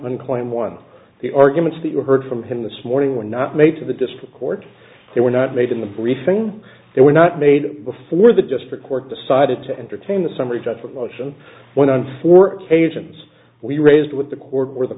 in claim one the arguments that you heard from him this morning were not made to the district court they were not made in the briefing they were not made before the district court decided to entertain the summary judgment motion when on four occasions we raised with the court or the